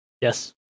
Yes